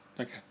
Okay